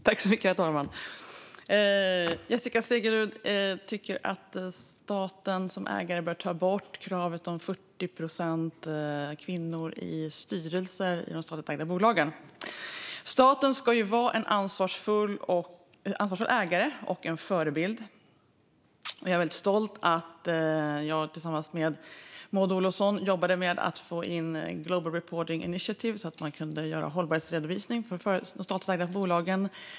Herr talman! Jessica Stegrud tycker att staten som ägare bör ta bort kravet om 40 procent kvinnor i styrelser i de statligt ägda bolagen. Staten ska ju vara en ansvarsfull ägare och en förebild. Jag är väldigt stolt över att jag 2006-2010 tillsammans Maud Olofsson jobbat med att få in Global Reporting Initiative, så att man kunde göra hållbarhetsredovisning för de statligt ägda bolagen.